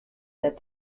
that